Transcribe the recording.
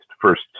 first